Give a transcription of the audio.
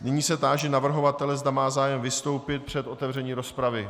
Nyní se táži navrhovatele, zda má zájem vystoupit před otevřením rozpravy.